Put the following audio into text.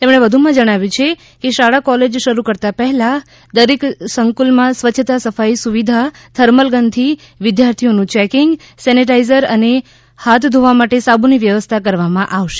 તેમણે વધુમાં જણાવ્યુ છે કે શાળા કોલેજ શરૂ કરતા પહેલા દરેક સંકુલમાં સ્વચ્છતા સફાઇ સુવિધા થર્મલગનથી વિદ્યાર્થીઓનુ ચેકીંગ સેનીઝાઇટર અને ધોવા માટે સાબુની વ્યવસ્થા કરવામા આવશે